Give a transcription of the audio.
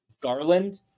Garland